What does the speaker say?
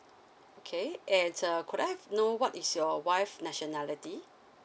okay and uh could I have know what is your wife nationality